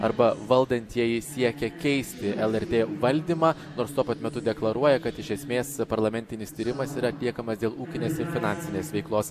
arba valdantieji siekia keisti lrt valdymą nors tuo pat metu deklaruoja kad iš esmės parlamentinis tyrimas yra atliekamas dėl ūkinės ir finansinės veiklos